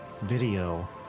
video